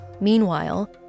Meanwhile